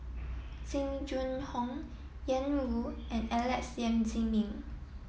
Jing Jun Hong Ian Woo and Alex Yam Ziming